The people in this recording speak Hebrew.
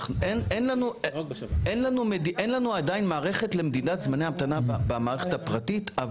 אין לנו עדיין מערכת למדידת זמני המתנה במערכת הפרטית.